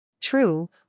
True